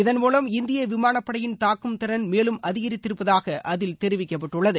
இதள் மூலம் இந்திய விமானப்படையின் தாக்கும் திறன் மேலும் அதிகரித்திருப்பதாக அதில் தெரிவிக்கப்பட்டுள்ளது